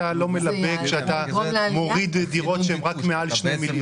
לא מלבה כשאתה מוריד דירות שהן רק מעל 2 מיליון?